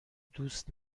دوست